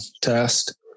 test